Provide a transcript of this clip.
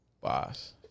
Boss